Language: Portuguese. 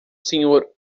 senhor